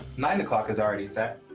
nine o'clock is already set.